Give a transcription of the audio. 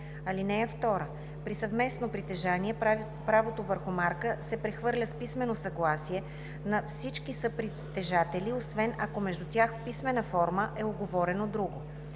(2) При съвместно притежание правото върху марка се прехвърля с писмено съгласие на всички съпритежатели, освен ако между тях в писмена форма е уговорено друго.